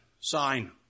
sign